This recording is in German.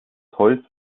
holz